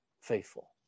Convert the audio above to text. faithful